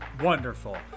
wonderful